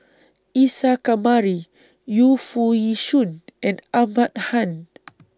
Isa Kamari Yu Foo Yee Shoon and Ahmad Khan